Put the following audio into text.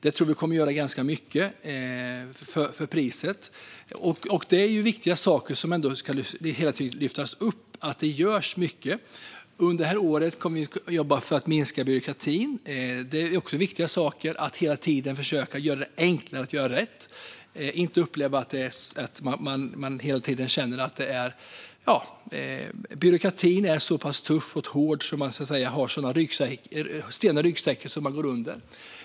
Det tror vi kommer att göra ganska mycket för priset. Det är viktiga saker. Det ska hela tiden lyftas upp att det görs mycket. Under detta år kommer vi att jobba för att minska byråkratin. Det är viktigt att hela tiden försöka göra det enklare att göra rätt. Man ska inte hela tiden känna att byråkratin är så pass tuff och hård att man får så många stenar i ryggsäcken att man går under.